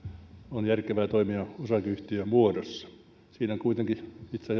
on järkevää toimia osakeyhtiömuodossa siinä kuitenkin itse